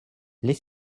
les